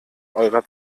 eurer